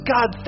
God